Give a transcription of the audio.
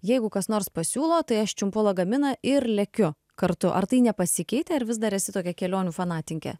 jeigu kas nors pasiūlo tai aš čiumpu lagaminą ir lekiu kartu ar tai nepasikeitę ar vis dar esi tokia kelionių fanatinkė